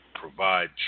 provide